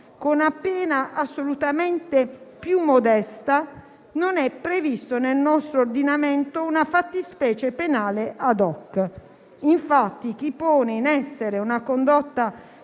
con una pena assolutamente più modesta. Non è prevista nel nostro ordinamento una fattispecie penale *ad hoc*. Infatti, chi pone in essere una condotta